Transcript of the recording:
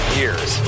years